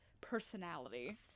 personality